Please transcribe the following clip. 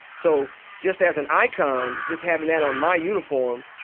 so just as an icon, just having that on my uniform,